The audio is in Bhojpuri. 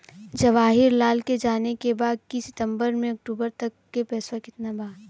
जवाहिर लाल के जाने के बा की सितंबर से अक्टूबर तक के पेसवा कितना बा?